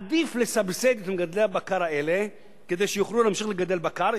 עדיף לסבסד את מגדלי הבקר האלה כדי שיוכלו להמשיך לגדל בקר,